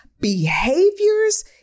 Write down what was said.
Behaviors